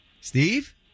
Steve